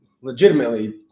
legitimately